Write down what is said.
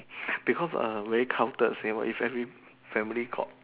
because err very counted same if every family got